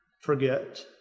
forget